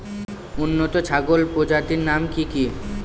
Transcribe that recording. উন্নত ছাগল প্রজাতির নাম কি কি?